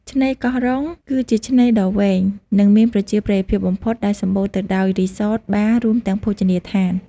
ឆ្នេរកោះរ៉ុង គឺជាឆ្នេរដ៏វែង និងមានប្រជាប្រិយភាពបំផុត ដែលសម្បូរទៅដោយរីសត បារ រួមទាំងភោជនីយដ្ឋាន។